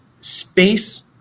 space